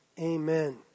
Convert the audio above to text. amen